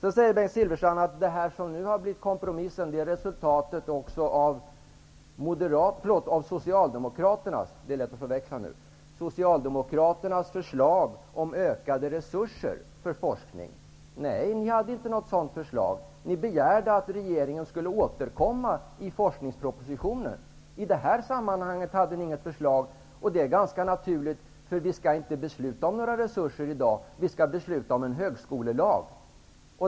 Bengt Silfverstrand säger att det som nu har blivit kompromissen är resultatet av Socialdemokraternas förslag om utökade resurser för forskning. Men ni hade inte något sådant förslag. Ni begärde att regeringen skulle återkomma i forskningspropositionen. I detta sammanhang hade ni inget förslag. Det är ganska naturligt, för vi skall inte besluta om några resurser i dag. Vi skall besluta om en högskolelag.